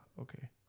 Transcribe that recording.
Okay